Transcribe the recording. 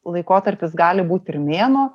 laikotarpis gali būt ir mėnuo